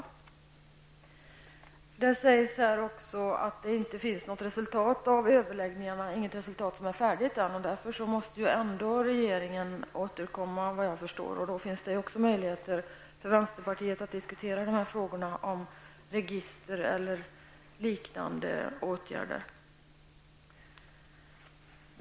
Det sägs också att det inte finns något färdigt resultat av överläggningarna. Såvitt jag förstår måste regeringen ändå återkomma, och då finns det också möjligheter för vänsterpartiet att diskutera frågorna om register och liknande åtgärder.